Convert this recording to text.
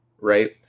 Right